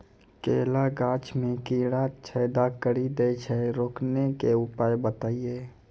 केला गाछ मे कीड़ा छेदा कड़ी दे छ रोकने के उपाय बताइए?